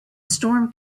storm